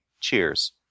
cheers